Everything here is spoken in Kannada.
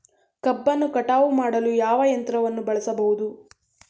ಕಬ್ಬನ್ನು ಕಟಾವು ಮಾಡಲು ಯಾವ ಯಂತ್ರವನ್ನು ಬಳಸಬಹುದು?